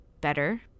better